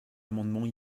amendements